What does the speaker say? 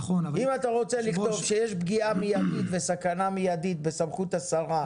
אם אתה רוצה לכתוב שיש פגיעה מיידית וסכנה מיידית בסמכות השרה,